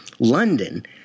London